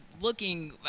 looking –